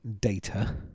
Data